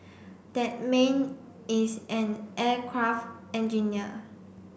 that man is an aircraft engineer